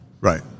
Right